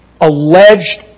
alleged